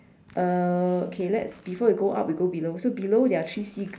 uh okay let's before we go up we go below so below there are actually seag~